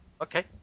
Okay